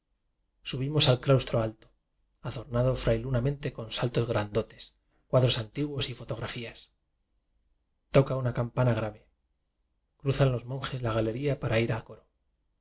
subimos al claustro alto adornado frai lunamente con santos grandotes cuadros antiguos y fotografías toca una campa na grave cruzan los monjes la galería para ir a coro